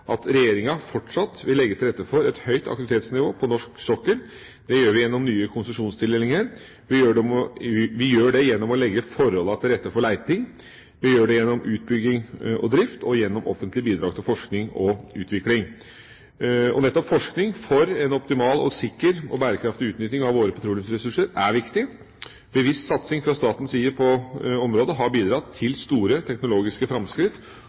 at regjeringa fortsatt vil legge til rette for et høyt aktivitetsnivå på norsk sokkel. Det gjør vi gjennom nye konsesjonstildelinger, vi gjør det gjennom å legge forholdene til rette for leting, vi gjør det gjennom utbygging og drift og gjennom offentlige bidrag til forskning og utvikling. Nettopp forskning for en optimal, sikker og bærekraftig utnytting av våre petroleumsressurser er viktig. Bevisst satsing fra statens side på området har bidratt til store teknologiske framskritt